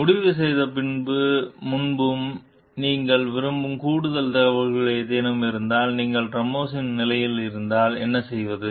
முடிவு செய்வதற்கு முன்பு நீங்கள் விரும்பும் கூடுதல் தகவல்கள் ஏதேனும் இருந்தால் நீங்கள் ராமோஸின் நிலையில் இருந்தால் என்ன செய்வது